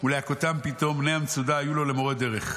ולהכותם פתאום ובני המצודה היו לו למורי דרך.